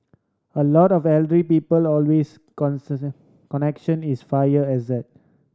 a lot of elderly people always connection is fire hazard